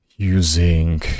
Using